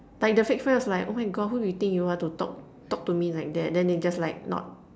like the fake friends will like oh my God who do you think you are to talk talk to me like that then they just like not